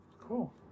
Cool